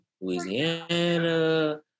Louisiana